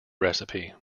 recipe